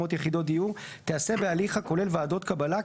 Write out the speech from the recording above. יחידות דיור תיעשה בהליך הכולל ועדות קבלה,